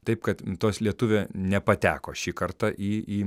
taip kad tos lietuvė nepateko šį kartą į į